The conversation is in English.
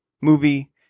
movie